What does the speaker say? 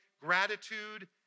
gratitude